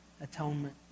atonement